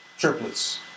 Triplets